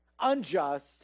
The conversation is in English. unjust